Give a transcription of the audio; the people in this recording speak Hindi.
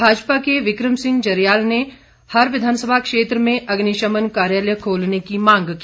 भाजपा सदस्य विक्रम सिंह जरियाल ने हर विधानसभा क्षेत्र में अग्निशमन कार्यालय खोलने की मांग की